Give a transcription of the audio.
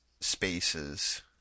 spaces